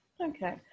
okay